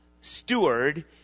steward